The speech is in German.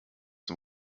dem